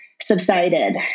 subsided